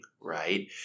right